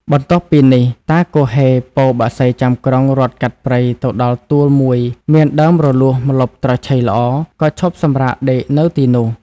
បន្ទាប់ពីនេះ តាគហ៊េ ពរបក្សីចាំក្រុងរត់កាត់ព្រៃទៅដល់ទួលមួយមានដើមរលួសម្លប់ត្រឈៃល្អ ក៏ឈប់សំរាកដេក នៅទីនោះ។